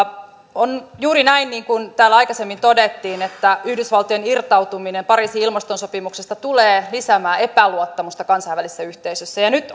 on juuri näin niin kuin täällä aikaisemmin todettiin että yhdysvaltojen irtautuminen pariisin ilmastosopimuksesta tulee lisäämään epäluottamusta kansainvälisessä yhteisössä nyt